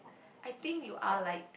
I think you are like